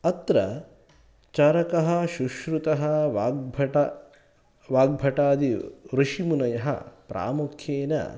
अत्र चरकः शुश्रुतः वाग्भटः वाग्भटादि ऋषिमुनयः प्रामुख्येन